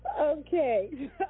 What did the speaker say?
Okay